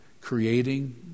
creating